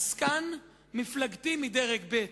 עסקן מפלגתי מדרג ב'.